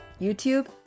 YouTube